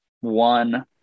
one